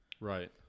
right